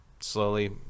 slowly